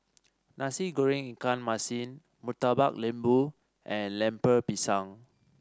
Nasi Goreng Ikan Masin Murtabak Lembu and Lemper Pisang